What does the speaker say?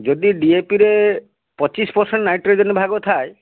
ଯଦି ଡିଏପିରେ ପଚିଶ ପରସେଣ୍ଟ ନାଇଟ୍ରୋଜେନ ଭାଗ ଥାଏ